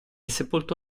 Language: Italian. sepolto